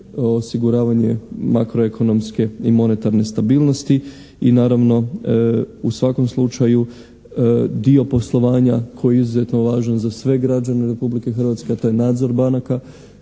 osiguravanje makroekonomske i monetarne stabilnosti i naravno u svakom slučaju dio poslovanja koji je izuzetno važan za sve građane Republike Hrvatske, a to je nadzor banaka